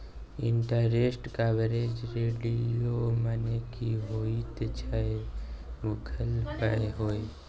Interest coverage ratio मने की होइत छै से बुझल यै?